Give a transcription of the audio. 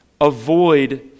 avoid